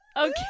Okay